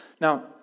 now